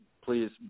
Please